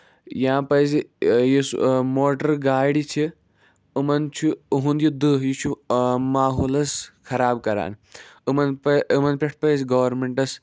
یا پَزِ یُس موٹر گاڑِ چھِ یِمَن چھُ اُہُند یہِ دٔہہ یہِ چھُ ماحولَس خراب کران یِمَن پَزِ یِمَن پٮ۪ٹھ پَزِ گوٚرمٮ۪نٹَس